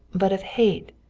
but of hate,